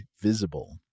Visible